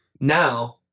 Now